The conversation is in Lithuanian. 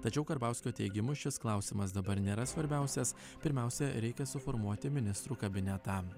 tačiau karbauskio teigimu šis klausimas dabar nėra svarbiausias pirmiausia reikia suformuoti ministrų kabinetą